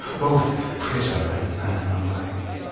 both critter and fan alike.